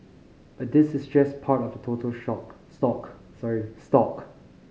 but this is just part of the total shock stock sorry stock